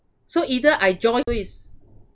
so either I join who is